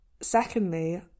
secondly